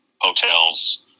hotels